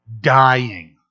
dying